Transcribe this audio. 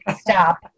stop